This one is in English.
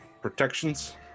protections